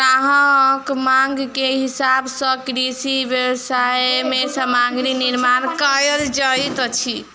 ग्राहकक मांग के हिसाब सॅ कृषि व्यवसाय मे सामग्री निर्माण कयल जाइत अछि